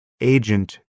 agent